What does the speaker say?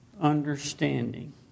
understanding